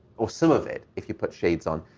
or some of it, if you put shades on.